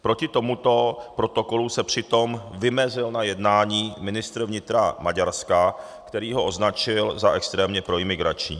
Proti tomuto protokolu se přitom vymezil na jednání ministr vnitra Maďarska, který ho označil za extrémně proimigrační.